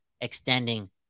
extending